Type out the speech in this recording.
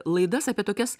laidas apie tokias